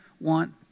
want